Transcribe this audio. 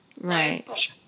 Right